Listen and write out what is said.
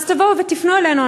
אז תבואו ותפנו אלינו,